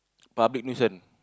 public nuisance